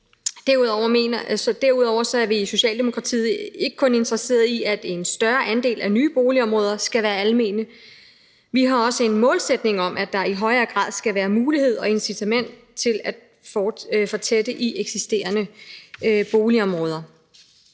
Derudover er vi i Socialdemokratiet ikke kun interesseret i, at en større andel af nye boligområder skal være almene. Vi har også en målsætning om, at der i højere grad skal være mulighed for og incitament til at fortætte i eksisterende boligområder.